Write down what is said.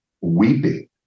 weeping